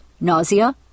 nausea